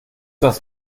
das